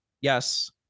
Yes